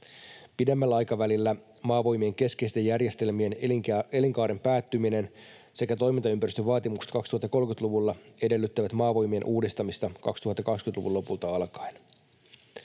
Pidemmällä aikavälillä Maavoimien keskeisten järjestelmien elinkaaren päättyminen sekä toimintaympäristön vaatimukset 2030-luvulla edellyttävät Maavoimien uudistamista 2020-luvun lopulta alkaen.